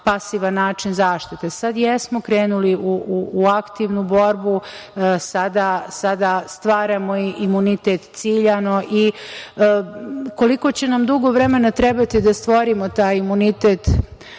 pasivan način zaštite. Sada jesmo krenuli u aktivnu borbu. Sada stvaramo imunitet ciljano. Koliko će nam dugo vremena trebati da stvorimo taj imunitet?